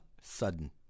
sudden